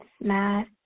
math